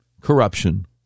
corruption